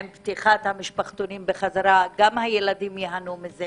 עם פתיחת המשפחתונים בחזרה, גם הילדים ייהנו מזה